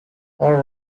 all